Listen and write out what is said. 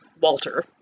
Walter